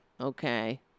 Okay